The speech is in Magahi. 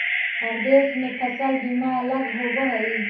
हर देश के फसल बीमा अलग होवऽ हइ